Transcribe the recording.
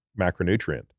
macronutrient